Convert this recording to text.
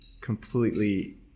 completely